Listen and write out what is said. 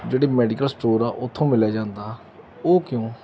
ਜਿਹੜੇ medical store ਆ ਉੱਥੋਂ ਮਿਲਿਆ ਜਾਂਦਾ ਉਹ ਕਿਉਂ